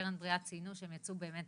"קרן בריאה" ציינו שהן יצאו באמת